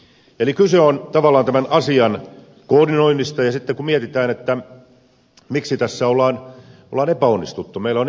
eli kyse on tavallaan tämän asian koordinoinnista sitten kun mietitään miksi tässä on epäonnistuttu